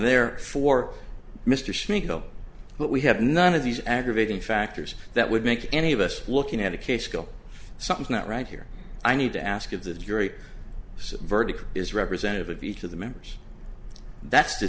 there for mr sneed but we have none of these aggravating factors that would make any of us looking at a case kill something out right here i need to ask of the jury so verdict is representative of each of the members that's the